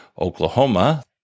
Oklahoma